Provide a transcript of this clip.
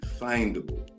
findable